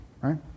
right